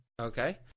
Okay